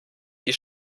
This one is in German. die